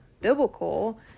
biblical